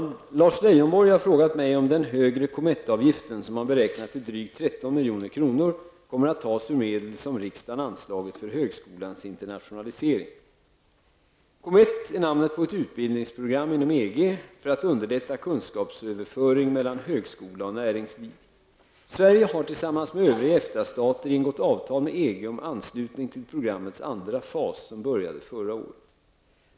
Herr talman! Lars Leijonborg har frågat mig om den högre COMETT-avgiften -- som han beräknar till drygt 13 milj.kr. -- kommer att tas ur medel som riksdagen anslagit för högskolans internationalisering. COMETT är ett utbildningsprogram inom EG för att underlätta kunskapsöverföring mellan högskola och näringsliv. Sverige har, tillsammans med övriga EFTA-stater, ingått avtal med EG om anslutning till programmets andra fas, som började 1990.